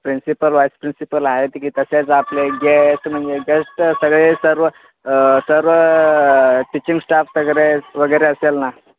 principal vice principal आहेत की तसेच आपले गेस्ट म्हणजे गेस्ट सगळे सर्व सर्व टिचिंग स्टाफ तगेरे वगैरे असेल ना